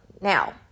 Now